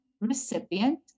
recipient